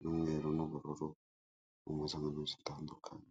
n'umweru n'ubururu, impuzangano zitandukanye.